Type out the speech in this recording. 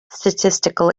statistical